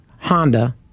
Honda